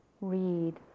read